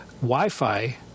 Wi-Fi